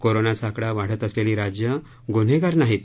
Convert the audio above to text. कोरोनाचा आकडा वाढत असलेली राज्य ग्न्हेगार नाहीत